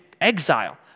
exile